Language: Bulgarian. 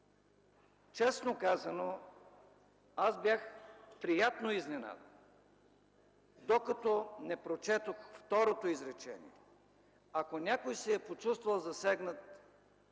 честно казано, аз бях приятно изненадан, докато не прочетох второто изречение. „Ако някой се е почувствал засегнат,